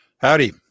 howdy